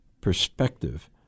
perspective